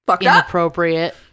inappropriate